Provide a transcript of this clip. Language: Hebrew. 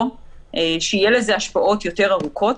או שיהיו לזה השפעות יותר ארוכות,